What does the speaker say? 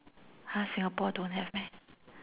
!huh! Singapore don't have meh